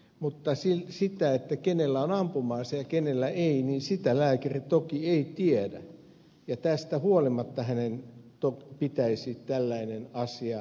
mutta sitä kenellä on ampuma ase ja kenellä ei lääkäri toki ei tiedä ja tästä huolimatta hänen pitäisi tällainen asia huomioida